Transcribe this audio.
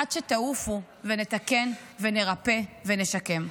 עד שתעופו ונתקן ונרפא ונשקם.